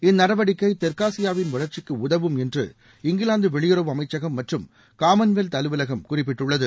இந்நடவடிக்கை தெற்காசியாவின் வளர்ச்சிக்கு உதவும் என்று இங்கிலாந்து வெளியுறவு அமைச்சகம் மற்றும் காமன்வெல்த் அலுவலகம் குறிப்பிட்டுள்ளது